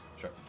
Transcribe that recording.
Sure